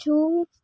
جو